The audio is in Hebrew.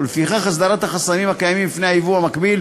ולפיכך הסרת החסמים הקיימים בפני הייבוא המקביל